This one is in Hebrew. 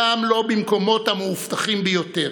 גם לא במקומות המאובטחים ביותר,